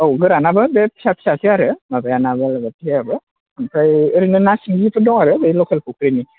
औ गोरानाबो बे फिसा फिसासो आरो माबाया ना बालाबाथियाआबो ओमफ्राय ओरैनो ना सिंगिफोर दं आरो बे ल'केल फुख्रिनि